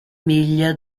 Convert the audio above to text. miglia